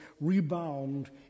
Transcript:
rebound